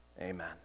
Amen